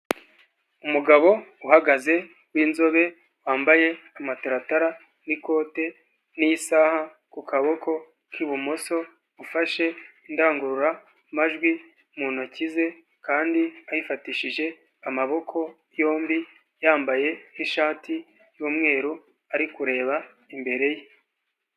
Umugabo uhagaze w'inzobe wambaye amataratara n'ikote n'isaha ku kaboko k'ibumoso, ufashe indangururamajwi mu ntoki ze kandi ayifatishije amaboko yombi, yambaye n'ishati y'umweru, ari kureba imbere ye.